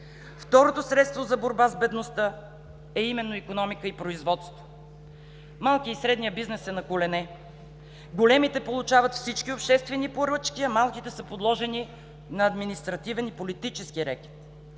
Второто средство за борба с бедността са именно: икономика и производство. Малкият и средният бизнес е „на колене“. Големите получават всички обществени поръчки, а малките са подложени на административен и политически рекет.